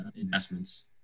investments